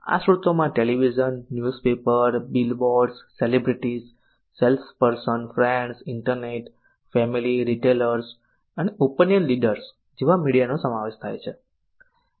આ સ્રોતોમાં television newspaper billboards celebrities sales person friends internet family retailers અને opinion leaders જેવા મીડિયાનો સમાવેશ થાય છે